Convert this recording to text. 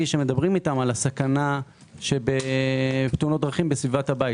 שמדברים איתם על הסכנה של תאונות דרכים בסביבת הבית.